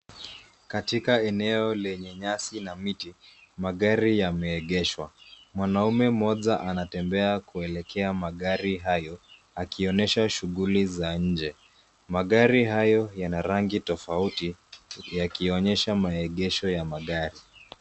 Katika eneo lenye nyasi na miti, magari yameegeshwa. Mwanaume mmoja anatembea kuelekea magari hayo, akionesha shughuli za nje. Magari hayo yana rangi tofauti, yakionyesha maegesho ya magari.